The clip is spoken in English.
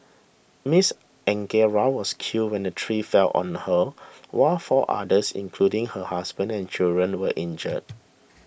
Miss Angara was killed when the tree fell on her while four others including her husband and children were injured